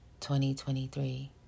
2023